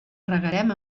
regarem